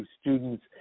students